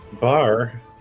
bar